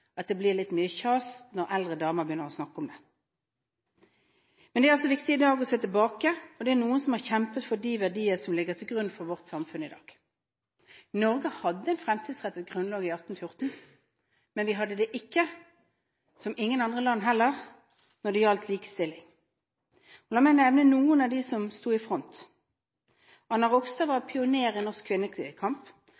at det blir litt mye kjas når eldre damer begynner å snakke om det. Men det er viktig i dag å se tilbake, for det er noen som har kjempet for de verdier som ligger til grunn for vårt samfunn i dag. Norge hadde en fremtidsrettet grunnlov i 1814, men vi hadde det ikke – som heller ingen andre land – når det gjaldt likestilling. La meg nevne noen av dem som sto i front. Anna Rogstad var